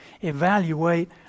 evaluate